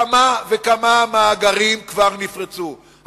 כמה וכמה מאגרים כבר נפרצו.